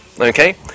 okay